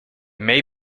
may